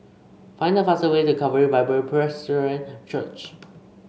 find the fastest way to Calvary Bible Church